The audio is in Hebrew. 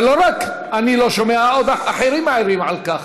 ולא רק אני לא שומע, גם אחרים מעירים על כך.